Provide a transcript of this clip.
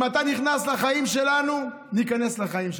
אם אתה נכנס לחיים שלנו, ניכנס לחיים שלך.